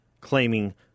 claiming